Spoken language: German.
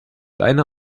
deine